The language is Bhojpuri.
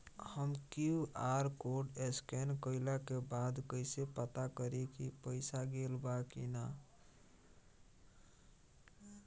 हम क्यू.आर कोड स्कैन कइला के बाद कइसे पता करि की पईसा गेल बा की न?